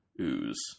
Ooze